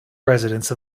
residence